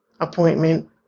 appointment